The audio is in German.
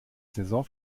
saison